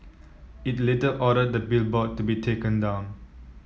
it later ordered the billboard to be taken down